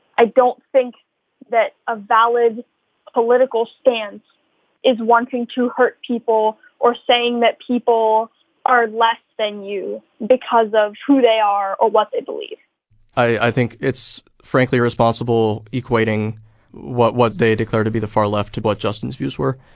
i don't think that a valid political stance is wanting to hurt people or saying that people are less than you because of who they are or what they believe i think it's frankly irresponsible equating what what they declare to be the far-left to what but justin's views were,